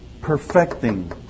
perfecting